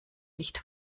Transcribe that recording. nicht